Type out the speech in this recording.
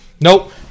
Nope